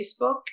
Facebook